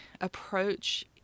approach